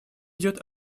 идет